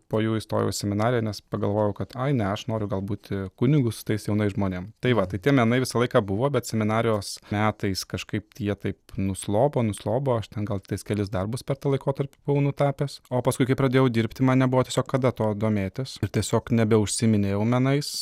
po jų įstojau į seminariją nes pagalvojau kad ai ne aš noriu gal būti kunigu su tais jaunais žmonėm tai va tai tie menai visą laiką buvo bet seminarijos metais kažkaip tie taip nuslopo nuslopo aš ten gal tiktais kelis darbus per tą laikotarpį buvau nutapęs o paskui kai pradėjau dirbti man nebuvo tiesiog kada tuo domėtis ir tiesiog nebeužsiminėjau menais